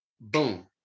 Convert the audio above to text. Boom